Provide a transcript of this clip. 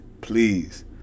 please